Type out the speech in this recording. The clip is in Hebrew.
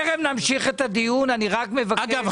טרם נמשיך את הדיון אני רק מבקש -- אגב,